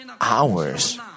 hours